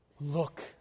Look